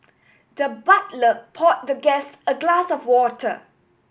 the butler pour the guest a glass of water